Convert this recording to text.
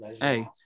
Hey